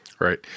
Right